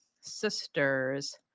sister's